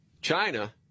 China